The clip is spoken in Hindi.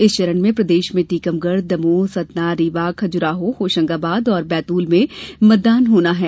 इस चरण में प्रदेष में टीकमगढ दमोह सतना रीवा खजुराहो होषंगाबाद और बैतूल में मतदान होना है